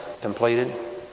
completed